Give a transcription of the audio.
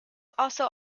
also